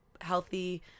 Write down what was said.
healthy-